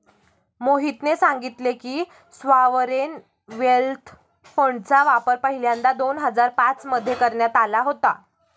मोहितने सांगितले की, सॉवरेन वेल्थ फंडचा वापर पहिल्यांदा दोन हजार पाच मध्ये करण्यात आला होता